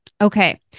okay